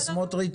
סמוטריץ',